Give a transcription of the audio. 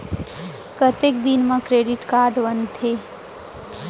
कतेक दिन मा क्रेडिट कारड बनते?